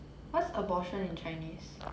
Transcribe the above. what's abortion in chinese